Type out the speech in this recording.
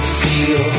feel